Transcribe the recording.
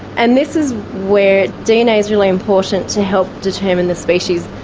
and this is where dna's really important to help determine the species.